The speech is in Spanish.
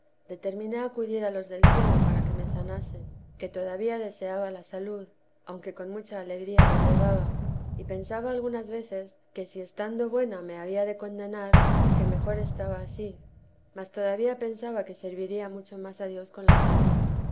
determiné acudir a los del cielo para que me sanasen que todavía deseaba la salud aunque con mucha alegría lo llevaba y pensaba algunas veces que si estando buena me había de condenar que mejor estaba ansí mas todavía pensaba que serviría mucho más a dios con la salud